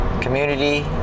Community